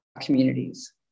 communities